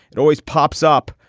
it always pops up.